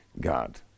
God